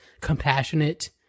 compassionate